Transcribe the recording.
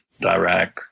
Dirac